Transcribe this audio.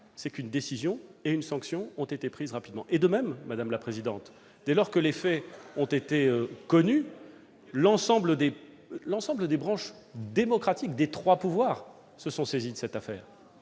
c'est qu'une décision et une sanction ont été prises rapidement. Et, de même, madame la présidente, dès lors que les faits ont été connus, l'ensemble des branches de notre démocratie, c'est-à-dire les trois pouvoirs, se sont saisies de cette affaire